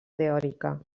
teòrica